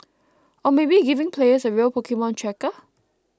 or maybe giving players a real Pokemon tracker